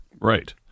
Right